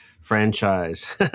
franchise